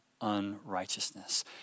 unrighteousness